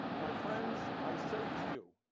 my friends, i say to you,